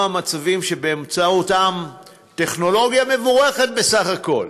מצבים שבאמצעות טכנולוגיה מבורכת בסך הכול,